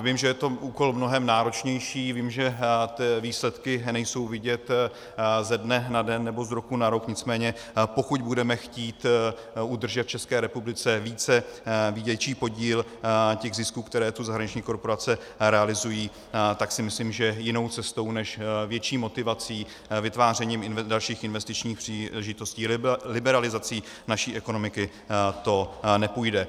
Vím, že je to úkol mnohem náročnější, vím, že výsledky nejsou vidět ze dne na den nebo z roku na rok, nicméně pokud budeme chtít udržet v České republice více, větší podíl těch zisků, které tu zahraniční korporace realizují, tak si myslím, že jinou cestou než větší motivací, vytvářením dalších investičních příležitostí, liberalizací naší ekonomiky to nepůjde.